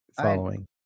following